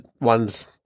one's